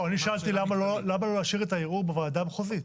אני שאלתי למה לא להשאיר את הערעור בוועדה המחוזית.